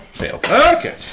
okay